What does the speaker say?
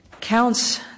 counts